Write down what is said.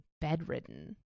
bedridden